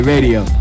Radio